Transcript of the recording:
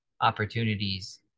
opportunities